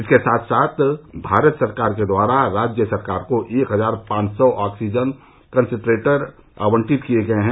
इसके साथ साथ भारत सरकार के द्वारा राज्य सरकार को एक हजार पांच सौ ऑक्सीजन कंसंट्रेटर आवंटित किये गये है